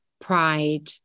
pride